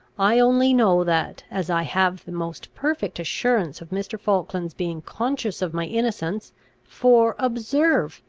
i only know that, as i have the most perfect assurance of mr. falkland's being conscious of my innocence for, observe!